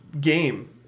game